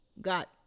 got